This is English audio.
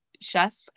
chef